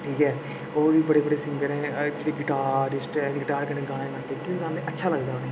ठीक ऐ होर बी बड़े बड़े सिंगर ऐ जेह्ड़े गिटार कन्नै गाना अच्छा लगदा